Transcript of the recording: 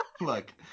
Look